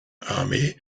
army